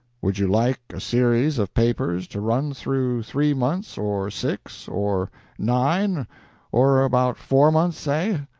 would you like a series of papers to run through three months, or six, or nine or about four months, say?